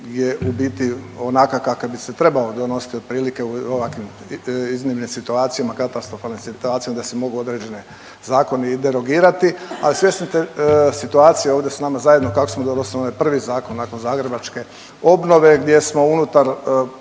u biti onakav kakav bi se trebao donositi otprilike u ovakvih izmijenjenim situacijama, katastrofalnim situacijama, da se mogu određene zakoni i derogirati, ali sve su te situacije, ovdje su s nama zajedno kako smo donosili onaj prvi zakon nakon zagrebačke obnove gdje smo unutar,